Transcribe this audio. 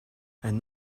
and